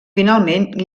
finalment